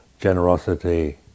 generosity